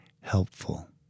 helpful